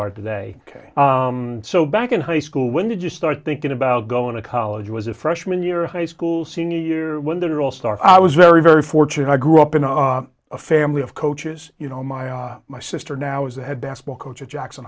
are today ok so back in high school when did you start thinking about going to college was a freshman year of high school senior year when they were all star i was very very fortunate i grew up in a family of coaches you know my my sister now is the head basketball coach at jackson